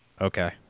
okay